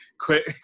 Quit